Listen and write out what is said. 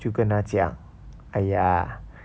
就跟他讲 !aiya!